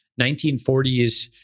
1940s